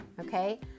okay